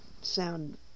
sound